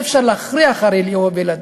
הרי אי-אפשר להכריח לאהוב ילדים.